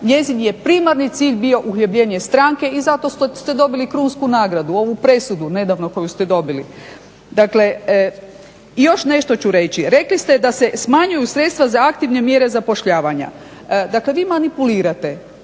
njezin je primarni cilj bio uhljebljenje stranke i zato ste dobili krunsku nagradu, ovu presudu nedavno koju ste dobili. Dakle, još nešto ću reći. Rekli ste da se smanjuju sredstva za aktivne mjere zapošljavanja. Dakle, vi manipulirate